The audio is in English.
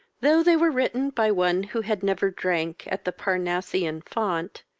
though they were written by one who had never drank at the parnassian fount,